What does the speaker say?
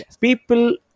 People